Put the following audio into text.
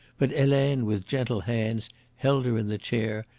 but helene with gentle hands held her in the chair,